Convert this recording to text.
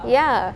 ya